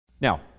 Now